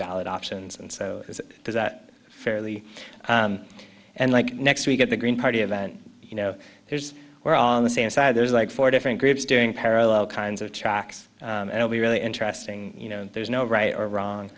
valid options and so does that fairly and like next week at the green party event you know here's where on the same side there's like four different groups doing parallel kinds of tracks and only really interesting you know there's no right or wrong